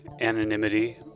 anonymity